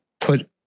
put